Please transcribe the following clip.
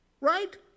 Right